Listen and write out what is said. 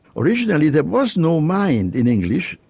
originally there was no mind in english,